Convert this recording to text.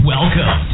Welcome